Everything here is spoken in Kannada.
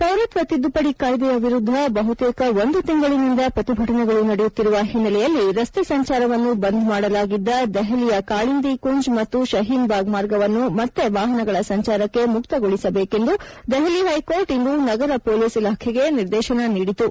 ಪೌರತ್ವ ತಿದ್ದುಪದಿ ಕಾಯ್ದೆಯ ವಿರುದ್ದ ಬಹುತೇಕ ಒಂದು ತಿಂಗಳಿಂದ ಪ್ರತಿಭಟನೆಗಳು ನಡೆಯುತ್ತಿರುವ ಹಿನ್ನೆಲೆಯಲ್ಲಿ ರಸ್ತೆ ಸಂಚಾರವನ್ನು ಬಂದ್ ಮಡಲಾಗಿದ್ದ ದೆಹಲಿಯ ಕಾಳಿಂದಿ ಕುಂಜ್ ಮತ್ತು ಶಹೀನ್ ಬಾಗ್ ಮಾರ್ಗವನ್ನು ಮತ್ತೆ ವಾಹನಗಳ ಸಂಚಾರಕ್ಕೆ ಮುಕ್ತಗೊಳಿಸಬೇಕೆಂದು ದೆಹಲಿ ಹೈಕೋರ್ಟ್ ಇಂದು ನಗರ ಪೊಲೀಸ್ ಇಲಾಖೆಗೆ ನಿರ್ದೇಶನ ನೀದಿತು